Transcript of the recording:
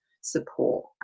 support